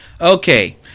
Okay